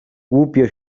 głupio